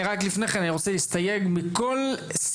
אני רק לפני כן אני רוצה הסתייג מכל סימטריה